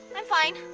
i'm fine.